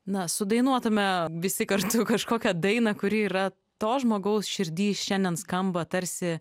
na sudainuotume visi kartu kažkokią dainą kuri yra to žmogaus širdy šiandien skamba tarsi